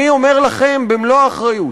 אני אומר לכם במלוא האחריות